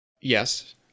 yes